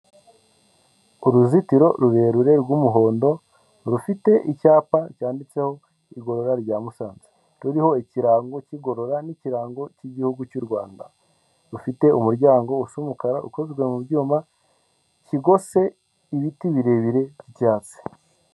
Uruzitiro rurerure rw'umuhondo rufite icyapa cyanditseho igorora rya Musanze, ruriho ikirango cy'igorora n'ikirango cy'igihugu cy'u Rwanda, rufite umuryango usa umukara, ukozwe mu byuma kigose ibiti birebire by'icyatsi.